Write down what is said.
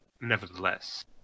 Nevertheless